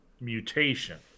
mutation